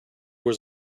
was